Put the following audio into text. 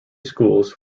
schools